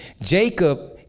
Jacob